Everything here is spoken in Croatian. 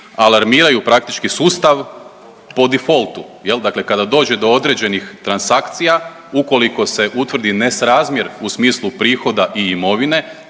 alarmiraju praktički sustav po defaultu, je li, dakle kada dođe do određenih transakcija, ukoliko se utvrdi nesrazmjer u smislu prihoda i imovine,